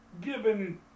given